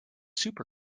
super